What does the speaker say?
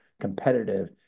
competitive